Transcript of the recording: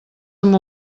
amb